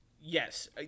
Yes